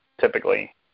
typically